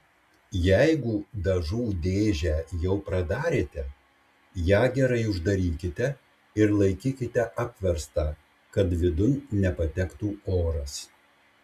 jeigu dažų dėžę jau pradarėte ją gerai uždarykite ir laikykite apverstą kad vidun nepatektų oras